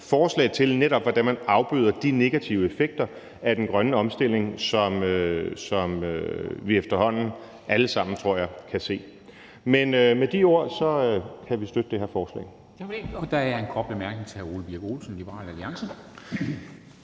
forslag til, hvordan man netop afbøder de negative effekter af den grønne omstilling, som vi efterhånden alle sammen, tror jeg, kan se. Med de ord kan vi støtte det her forslag. Kl. 10:43 Formanden (Henrik Dam Kristensen):